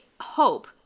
hope